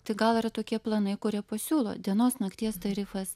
tai gal yra tokie planai kurie pasiūlo dienos nakties tarifas